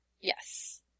Yes